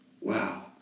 Wow